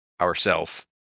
ourself